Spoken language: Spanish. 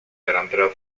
delantero